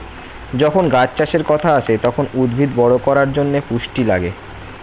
যখন গাছ চাষের কথা আসে, তখন উদ্ভিদ বড় করার জন্যে পুষ্টি লাগে